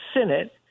Senate